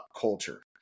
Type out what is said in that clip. culture